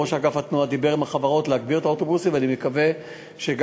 ראש אגף התנועה דיבר עם החברות וביקש להגדיל את מספרם,